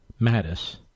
Mattis